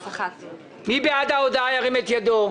מי בעד ההודעה, ירים את ידו.